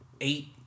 eight